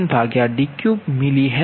2ln Dr 0